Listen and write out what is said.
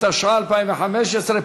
התשע"ה 2015,